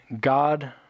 God